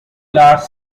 large